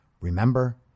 remember